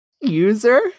user